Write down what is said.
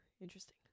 Interesting